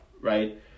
right